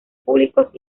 públicos